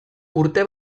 urte